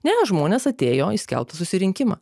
ne žmonės atėjo į skelbtą susirinkimą